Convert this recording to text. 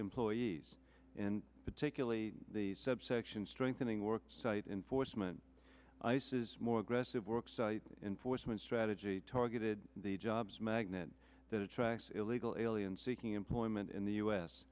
employees and particularly the subsection strengthening work site enforcement ice's more aggressive work site enforcement strategy targeted the jobs magnet that attracts illegal aliens seeking employment in the u s